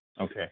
Okay